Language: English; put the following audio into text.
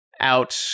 out